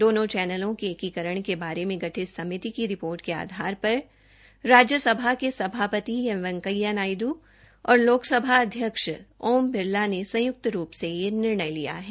दोनों चैनलों के एकीकरण के बारे में गठित समिति की रिपोर्ट के आधार पर राज्यसभा के सभापति एम वैकेंया नायड् और लोकसभा अध्यक्ष ओम बिरला के संयुक्त रूप से यह निर्णय लिया है